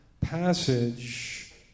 passage